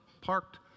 parked